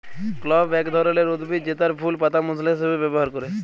clove এক ধরলের উদ্ভিদ জেতার ফুল পাতা মশলা হিসাবে ব্যবহার ক্যরে